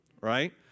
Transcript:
right